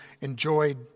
enjoyed